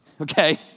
Okay